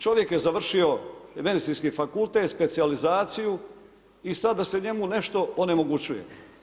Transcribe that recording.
Čovjek je završio medicinski fakultet, specijalizaciju i sad da se njemu nešto onemogućuje?